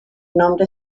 nombre